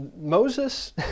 Moses